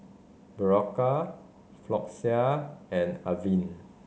Berocca Floxia and Avene